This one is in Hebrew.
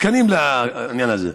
תקנים לעניין הזה.